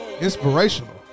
inspirational